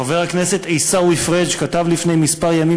חבר הכנסת עיסאווי פריג' כתב לפני כמה ימים